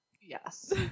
Yes